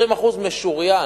20% משוריין,